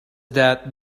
that